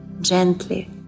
gently